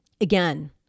again